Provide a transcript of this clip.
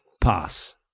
Pass